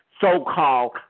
so-called